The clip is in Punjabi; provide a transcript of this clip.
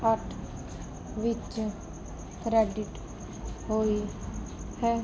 ਅੱਠ ਵਿੱਚ ਕ੍ਰੈਡਿਟ ਹੋਈ ਹੈ